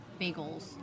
bagels